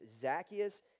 Zacchaeus